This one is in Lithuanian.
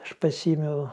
aš pasiėmiau